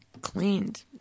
cleaned